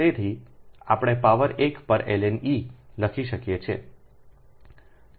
તેથી આપણે પાવર 1 પર ln e લખી શકીએ છીએ